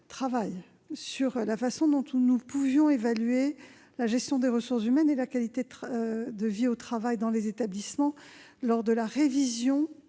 travailler sur la façon dont nous pouvions évaluer la gestion des ressources humaines et la qualité de vie au travail dans les établissements. Depuis,